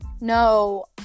no